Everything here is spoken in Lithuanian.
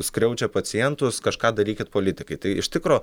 skriaudžia pacientus kažką darykit politikai tai iš tikro